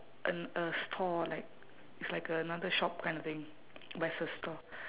an a store like it's like a another shop kind of thing but it's a store